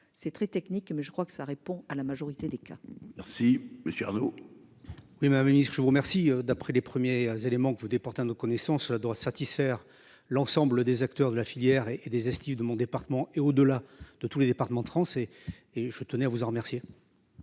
c'est très technique mais je crois que ça répond à la majorité des cas. Merci monsieur Arnaud.-- Oui madame Annie, je vous remercie. D'après les premiers éléments que vous des nos connaissances doivent satisfaire l'ensemble des acteurs de la filière et et des estives de mon département et au-delà de tous les départements français et je tenais à vous en remercier.